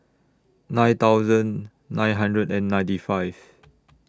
nine thousand nine hundred and ninety five